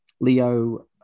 leo